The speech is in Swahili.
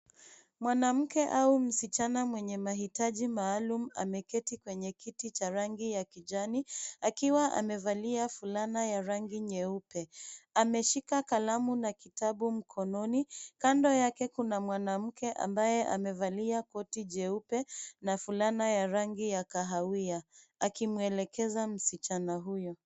Mwanamke au msichana mwenye mahitaji maalum ameketi kwenye kiti cha rangi ya kijani akiwa amevalia fulana ya rangi nyeupe. Ameshika kalamu na kitabu mkononi. Kando yake kuna mwanamke ambaye amevalila koti jeupe na fulana ya rangi ya kahawia akimwelekeza msichana huyo.